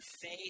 faith